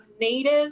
native